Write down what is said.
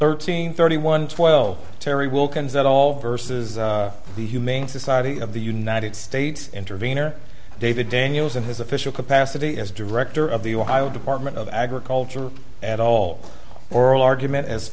thirteen thirty one twelve terry wilkins at all versus the humane society of the united states intervene or david daniels in his official capacity as director of the ohio department of agriculture and all oral argument as